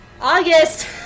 August